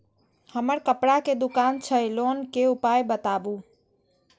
हमर कपड़ा के दुकान छै लोन के उपाय बताबू?